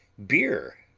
beer,